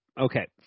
Okay